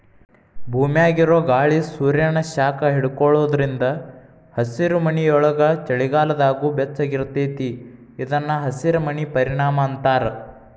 ಭೂಮ್ಯಾಗಿರೊ ಗಾಳಿ ಸೂರ್ಯಾನ ಶಾಖ ಹಿಡ್ಕೊಳೋದ್ರಿಂದ ಹಸಿರುಮನಿಯೊಳಗ ಚಳಿಗಾಲದಾಗೂ ಬೆಚ್ಚಗಿರತೇತಿ ಇದನ್ನ ಹಸಿರಮನಿ ಪರಿಣಾಮ ಅಂತಾರ